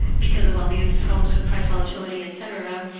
because of all these problems of price volatility etc.